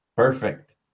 Perfect